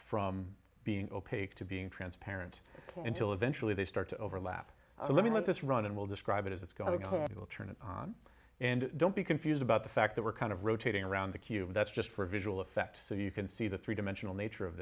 from being opaque to being transparent until eventually they start to overlap so let me let this run and will describe it as it's going to turn it on and don't be confused about the fact that we're kind of rotating around the cube and that's just for visual effects so you can see the three dimensional nature of